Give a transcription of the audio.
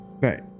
Right